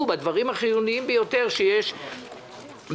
הדברים החיוניים ביותר שיש במשרדי